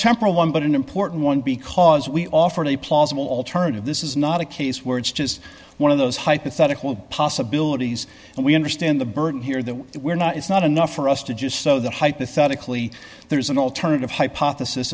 temporal one but an important one because we offered a plausible alternative this is not a case where it's just one of those hypothetical possibilities and we understand the burden here that we're not it's not enough for us to just so that hypothetically there's an alternative hypothesis